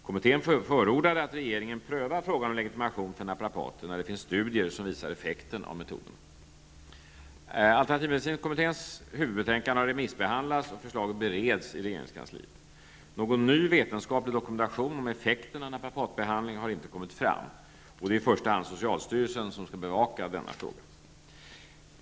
Kommittén förordade att regeringen prövar frågan om legitimation för naprapater när det finns studier som visar effekten av metoderna. Alternativmedicinkommitténs huvudbetänkande har remissbehandlats och dess förslag bereds i regeringskansliet. Någon ny vetenskaplig dokumentation om effekten av naprapatbehandling har inte kommit fram. Det är i första hand socialstyrelsen som skall bevaka denna fråga.